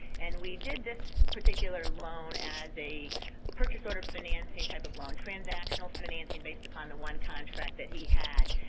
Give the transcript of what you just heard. and we did this particular loan as a purchase order financing type of loan, transactional financing based upon the one contract that he had.